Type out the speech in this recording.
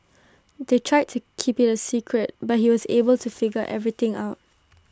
they tried to keep IT A secret but he was able to figure everything out